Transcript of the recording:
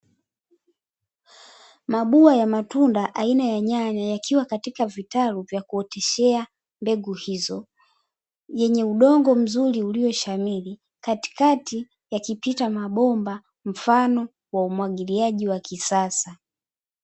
Mabua ya matunda aina ya nyanya yakiwa katika vitalu vya kuoteshea mbegu hizo, yenye udongo mzuri ulioshamiri katikati yakipita mabomba mfano wa umwagiliaji wa kisasa.